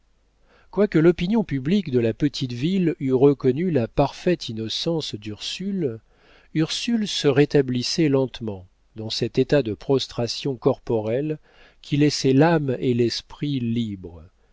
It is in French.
quoique l'opinion publique de la petite ville eût reconnu la parfaite innocence d'ursule ursule se rétablissait lentement dans cet état de prostration corporelle qui laissait l'âme et l'esprit libres